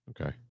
okay